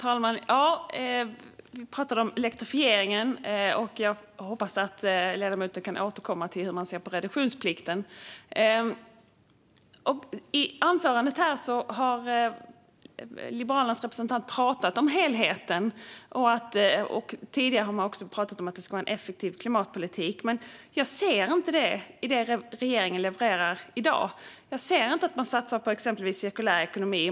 Herr talman! Ja, vi pratade om elektrifieringen, och jag hoppas att ledamoten kan återkomma till hur man ser på reduktionsplikten. I anförandet har Liberalernas representant pratat om helheten. Tidigare har man också pratat om att det ska vara en effektiv klimatpolitik. Men jag ser inte detta i det som regeringen levererar i dag. Jag ser inte att man satsar på exempelvis cirkulär ekonomi.